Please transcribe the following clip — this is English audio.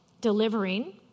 delivering